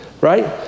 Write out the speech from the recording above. right